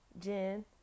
Jen